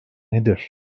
nedir